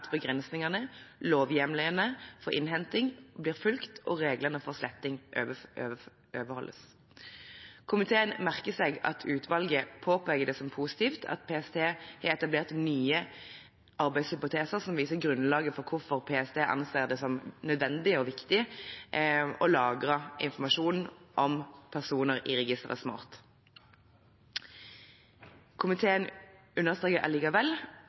begrensningene, lovhjemlene for innhenting blir fulgt, og reglene for sletting overholdes. Komiteen merker seg at utvalget påpeker det som positivt at PST har etablert nye arbeidshypoteser som viser grunnlaget for hvorfor PST anser det som nødvendig og viktig å lagre informasjon om personer i registeret Smart. Komiteen understreker